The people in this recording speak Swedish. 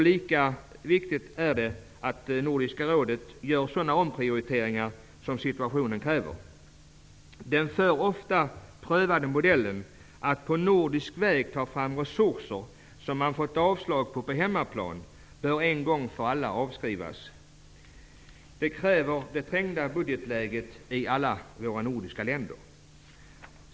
Lika viktigt är det att Nordiska rådet gör de omprioriteringar som situationen kräver. Den förr ofta prövade modellen att på nordisk väg ta fram förslag om resurser som man på hemmaplan fått avslag på bör en gång för alla avskrivas. Det kräver det trängda budgetläget i alla nordiska länder.